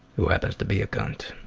who happens to be a cunt.